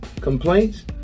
complaints